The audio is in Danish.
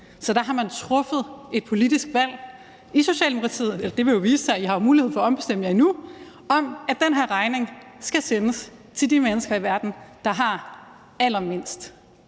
Så der har man truffet et politisk valg i Socialdemokratiet – det vil jo vise sig, for I har endnu mulighed for at ombestemme jer – om, at den her regning skal sendes til de mennesker i verden, der har allermindst.